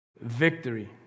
victory